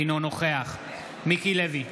אינו נוכח מיקי לוי,